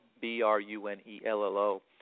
B-R-U-N-E-L-L-O